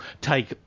take